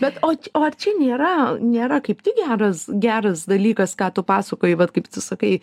bet o o ar čia nėra nėra kaip tik geras geras dalykas ką tu pasakoji vat kaip tu sakai